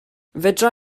fedra